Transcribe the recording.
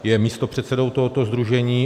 Je místopředsedou tohoto sdružení.